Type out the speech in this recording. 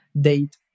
date